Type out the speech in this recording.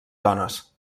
dones